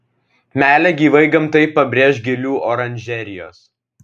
meilę gyvai gamtai pabrėš gėlių oranžerijos